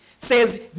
says